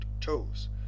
toes